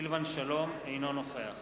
אינו נוכח